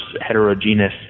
heterogeneous